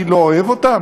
אני לא אוהב אותם?